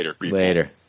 Later